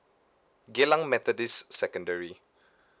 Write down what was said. geylang methodist secondary